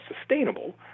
sustainable